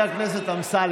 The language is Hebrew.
אני רק שואל.